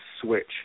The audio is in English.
switch